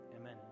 amen